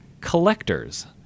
Collectors